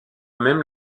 même